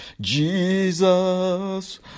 Jesus